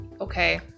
Okay